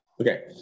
Okay